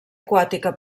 aquàtica